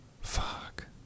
Fuck